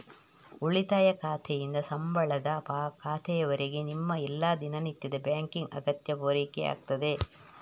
ಉಳಿತಾಯ ಖಾತೆಯಿಂದ ಸಂಬಳದ ಖಾತೆಯವರೆಗೆ ನಿಮ್ಮ ಎಲ್ಲಾ ದಿನನಿತ್ಯದ ಬ್ಯಾಂಕಿಂಗ್ ಅಗತ್ಯ ಪೂರೈಕೆ ಆಗ್ತದೆ